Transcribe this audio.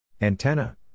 Antenna